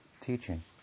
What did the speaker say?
teaching